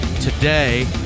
Today